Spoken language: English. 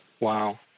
Wow